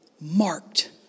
marked